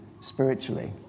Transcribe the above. spiritually